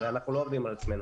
הרי אנחנו לא עובדים על עצמנו,